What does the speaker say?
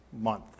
Month